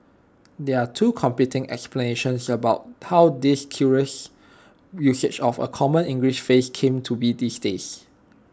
there are two competing explanations about how this curious usage of A common English phrase came to be these days